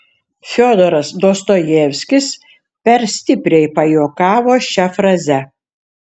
fiodoras dostojevskis per stipriai pajuokavo šia fraze